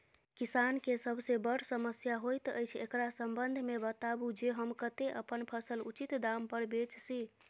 किसान के सबसे बर समस्या होयत अछि, एकरा संबंध मे बताबू जे हम कत्ते अपन फसल उचित दाम पर बेच सी?